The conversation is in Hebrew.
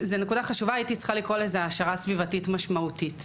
הייתי צריכה לקרוא לזה העשרה סביבתית משמעותית.